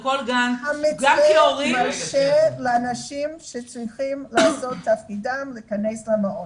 לכל גן --- המתווה מאפשר לאנשים שצריכים לעשות את תפקידם להכנס למעון.